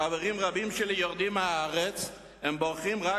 חברים רבים שלי יורדים מהארץ ובורחים רק